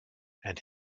and